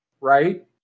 right